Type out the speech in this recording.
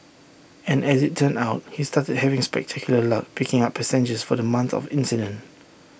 and as IT turned out he started having spectacular luck picking up passengers for the month of the incident